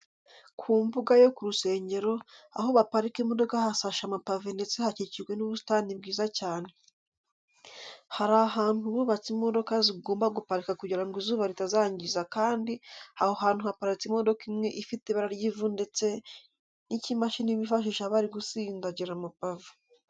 Ku mbuga yo ku rusengero, aho baparika imodoka hasashe amapave ndetse hakikijwe n'ubusitani bwiza cyane. Hari ahantu bubatse imodoka zigomba guparika kugira ngo izuba ritazangiza kandi aho hantu haparitse imodoka imwe ifite ibara ry'ivu ndetse n'ikimashini bifashisha bari gutsindagira amapave.